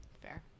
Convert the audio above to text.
fair